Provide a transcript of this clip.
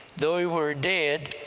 though he were dead,